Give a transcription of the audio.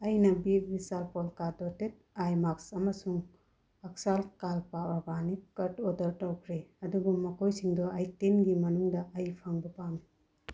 ꯑꯩꯅ ꯕꯤ ꯕꯤꯁꯥꯜ ꯄꯣꯜꯀꯥ ꯗꯣꯇꯦꯠ ꯑꯥꯏ ꯃꯥꯛꯁ ꯑꯃꯁꯨꯡ ꯑꯛꯁꯥꯜꯀꯥꯜꯄꯥ ꯑꯣꯔꯒꯥꯅꯤꯛ ꯀꯔꯠ ꯑꯣꯗꯔ ꯇꯧꯈ꯭ꯔꯦ ꯑꯗꯨꯕꯨ ꯃꯈꯣꯏꯁꯤꯡꯗꯣ ꯑꯩꯠꯇꯤꯟꯒꯤ ꯃꯇꯨꯡꯗ ꯑꯩ ꯐꯪꯕ ꯄꯥꯝꯃꯤ